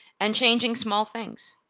and changing small things.